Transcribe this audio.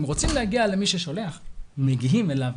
אם רוצים להגיע למי ששולח - מגיעים אליו,